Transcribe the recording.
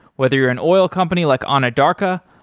whether you're an oil company like anadarko,